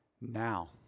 now